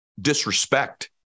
disrespect